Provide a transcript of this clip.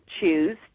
choose